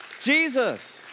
Jesus